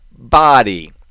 body